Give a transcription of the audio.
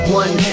one